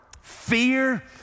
fear